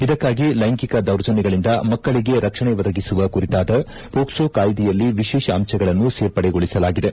ಇದಕ್ಕಾಗಿ ಲೈಂಗಿಕ ದೌರ್ಜನ್ನಗಳಿಂದ ಮಕ್ಕಳಿಗೆ ರಕ್ಷಣೆ ಒದಗಿಸುವ ಕುರಿತಾದ ಮೋಕ್ಲೋ ಕಾಯಿದೆಯಲ್ಲಿ ವಿಶೇಷ ಅಂಶಗಳನ್ನು ಸೇರ್ಪಡೆಗೊಳಿಸಲಾಗಿದೆ